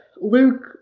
luke